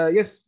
Yes